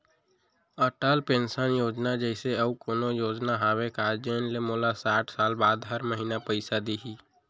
Atal pension योजना जइसे अऊ कोनो योजना हावे का जेन ले मोला साठ साल बाद हर महीना पइसा दिही?